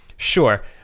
Sure